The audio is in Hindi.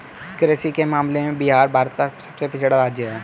कृषि के मामले में बिहार भारत का सबसे पिछड़ा राज्य है